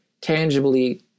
tangibly